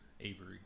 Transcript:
Avery